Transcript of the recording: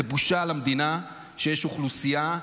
זה בושה למדינה שיש אוכלוסייה,